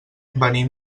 venim